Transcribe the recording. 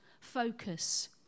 focus